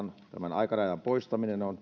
aikarajan poistaminen on